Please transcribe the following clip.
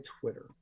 twitter